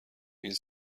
این